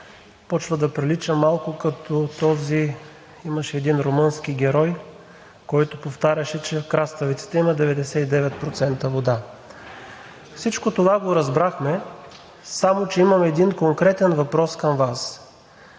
започва да прилича малко на онзи румънски герой, който повтаряше, че краставицата има 99% вода. Всичко това го разбрахме, само че имам един конкретен въпрос към Вас: